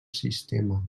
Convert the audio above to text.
sistema